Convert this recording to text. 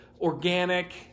organic